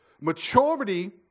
Maturity